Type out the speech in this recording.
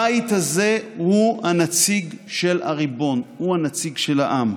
הבית הזה הוא הנציג של הריבון, הוא הנציג של העם.